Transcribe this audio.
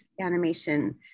animation